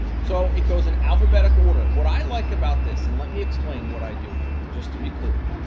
so it goes in alphabetical order. what i like about this, and let me explain what i do here just to be clear.